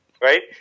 right